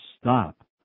stop